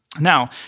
Now